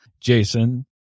Jason